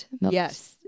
yes